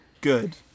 Good